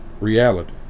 reality